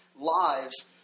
lives